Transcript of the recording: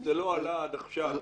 זה לא עלה עד עכשיו.